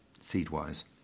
seed-wise